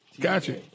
Gotcha